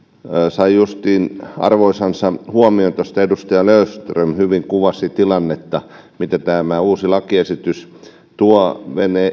sai justiin arvoisensa huomion tuossa edustaja löfström kuvasi hyvin tilannetta mitä tämä uusi lakiesitys tuo